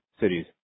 cities